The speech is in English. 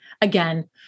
again